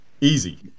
easy